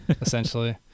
essentially